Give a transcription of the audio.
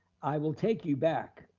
i will take you back,